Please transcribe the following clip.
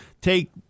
take